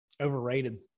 Overrated